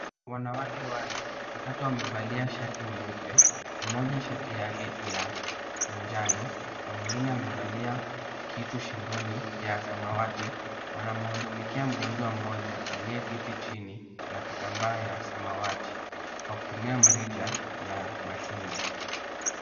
Wanawake wanne, watatu wamevalia shati nyeupe, mmoja shati yake ina manjano na mwingine amevalia kitu shingoni ya samawati. Wanamhudumikia mgonjwa mmoja aliyeketi chini na kitambaa ya samawati kwa kutumia mrija ya machungwa.